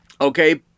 okay